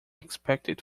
expected